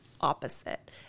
opposite